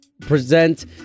present